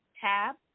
tab